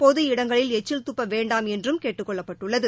பொது இடங்களில் எச்சில் துப்ப வேண்டாம் என்றும் கேட்டுக் கொள்ளப்பட்டுள்ளது